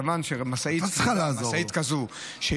מכיוון שמשאית כזאת היא